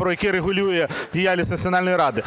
який регулює діяльність Національної ради.